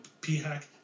P-hack